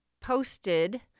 posted